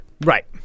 Right